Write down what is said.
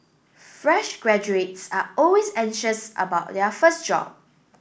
fresh graduates are always anxious about their first job